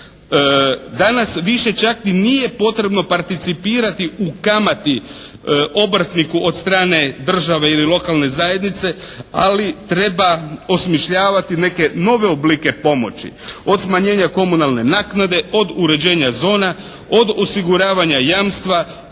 Danas više čak ni nije potrebno participirati u kamati obrtniku od strane države ili lokalne zajednice, ali treba osmišljavati neke nove oblike pomoći. Od smanjenja komunalne naknade, od uređenja zona, od osiguravanja jamstva,